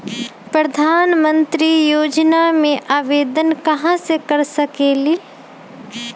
प्रधानमंत्री योजना में आवेदन कहा से कर सकेली?